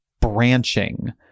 branching